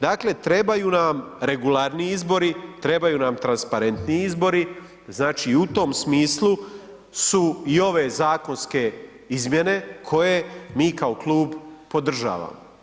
Dakle trebaju nam regularniji izbori, trebaju nam transparentniji izbori, znači u tom smislu su i ove zakonske izmjene koje mi kao klub podržavamo.